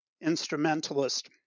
instrumentalist